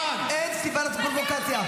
נא להוציא אותו.